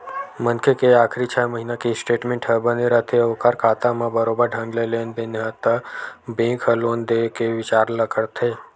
मनखे के आखरी छै महिना के स्टेटमेंट ह बने रथे ओखर खाता म बरोबर ढंग ले लेन देन हे त बेंक ह लोन देय के बिचार ल करथे